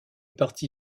partie